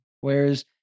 Whereas